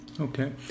Okay